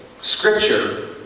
Scripture